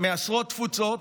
מעשרות תפוצות,